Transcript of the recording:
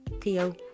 Theo